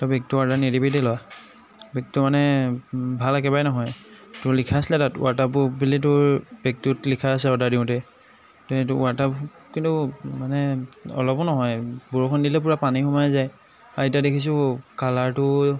তই বেগটো অৰ্ডাৰ নিদিবি দেই ল'ৰা বেগটো মানে ভাল একেবাৰে নহয় তোৰ লিখা আছিলে তাত ৱাটাৰপ্ৰুফ বুলি তোৰ বেগটোত লিখা আছে অৰ্ডাৰ দিওঁতে কিন্তু এইটো ৱাটাৰপ্ৰু কিন্তু মানে অলপো নহয় বৰষুণ দিলে পোৰা পানী সোমাই যায় আৰু এতিয়া দেখিছোঁ কালাৰটোও